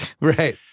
Right